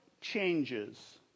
changes